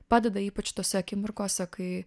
padeda ypač tose akimirkose kai